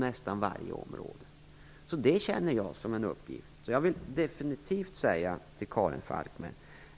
Detta är alltså något som jag ser som en uppgift. Jag vill definitivt säga till Karin Falkmer